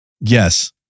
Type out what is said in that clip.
Yes